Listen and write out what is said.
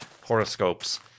horoscopes